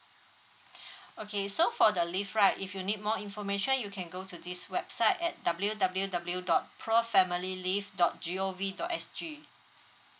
okay so for the leave right if you need more information you can go to this website at w w w dot pro family leave dot G O V dot S_G